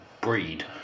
breed